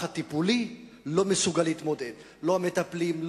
הטיפולי לא מסוגל להתמודד עמם: לא המטפלים,